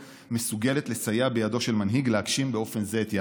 מסוגלת לסייע בידו של מנהיג להגשים באופן זה את יעדיו.